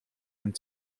and